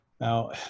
Now